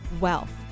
wealth